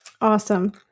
Awesome